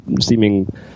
seeming